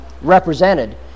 represented